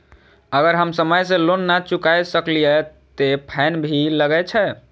अगर हम समय से लोन ना चुकाए सकलिए ते फैन भी लगे छै?